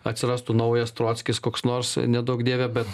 atsirastų naujas trockis koks nors neduok dieve bet